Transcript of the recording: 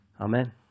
Amen